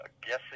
guessing